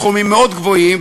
סכומים מאוד גבוהים,